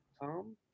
Tom